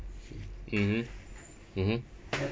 mmhmm mmhmm